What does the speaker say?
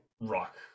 rock